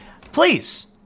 Please